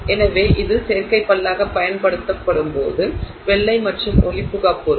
எனவே இது செயற்கை பல்லாகப் பயன்படுத்தப்படும்போது வெள்ளை மற்றும் ஒளிபுகா பொருள்